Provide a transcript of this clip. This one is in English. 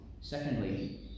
Secondly